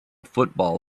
football